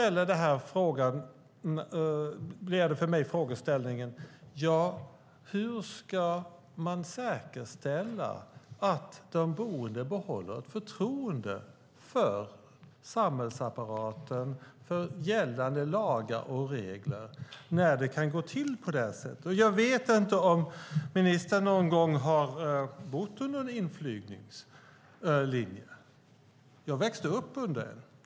Att det kan gå till på det här sättet leder till frågan hur man ska säkerställa att de boende behåller förtroendet för samhällsapparaten och för gällande lagar och regler. Jag vet inte om ministern någon gång har bott under en inflygningslinje. Jag växte upp under en.